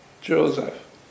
Joseph